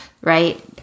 right